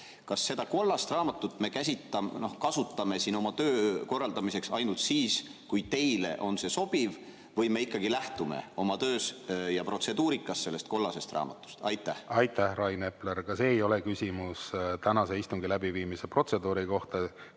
kas seda kollast raamatut me kasutame oma töö korraldamiseks ainult siis, kui teile on see sobiv, või me ikkagi lähtume oma töös ja protseduurikas sellest kollasest raamatust? Aitäh, Rain Epler! Aga see ei ole küsimus tänase istungi läbiviimise protseduuri kohta.